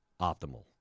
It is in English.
optimal